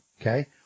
okay